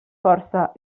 força